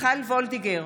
מיכל וולדיגר,